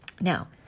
Now